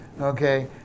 Okay